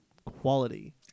quality